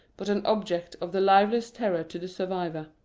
but an object of the liveliest terror to the survivor.